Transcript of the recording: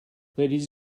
ladies